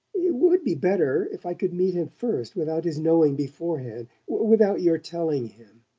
it would be better if i could meet him first without his knowing beforehand without your telling him.